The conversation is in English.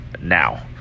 now